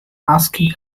asking